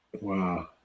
Wow